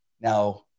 now